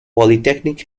polytechnic